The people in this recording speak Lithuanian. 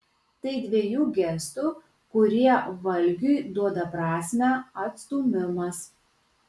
tai dvejų gestų kurie valgiui duoda prasmę atstūmimas